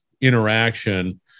interaction